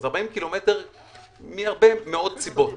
אז 40 ק"מ מהרבה מאוד סיבות,